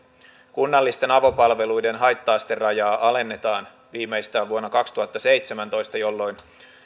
kunnallisten avopalveluiden haitta asterajaa alennetaan viimeistään vuonna kaksituhattaseitsemäntoista jolloin